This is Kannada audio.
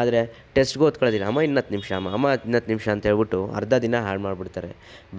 ಆದರೆ ಟೆಸ್ಟ್ಗೆ ಓದ್ಕೊಳ್ಳೋದಿಲ್ಲ ಅಮ್ಮ ಇನ್ನು ಹತ್ತು ನಿಮಿಷ ಅಮ್ಮ ಅಮ್ಮ ಇನ್ನು ಹತ್ತು ನಿಮಿಷ ಅಂತ ಹೇಳ್ಬಿಟ್ಟು ಅರ್ಧ ದಿನ ಹಾಳು ಮಾಡ್ಬಿಡ್ತಾರೆ